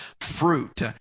fruit